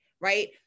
right